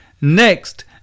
Next